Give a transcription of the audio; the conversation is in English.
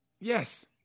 Yes